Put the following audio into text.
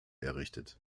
errichtet